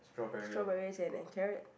strawberries and a carrot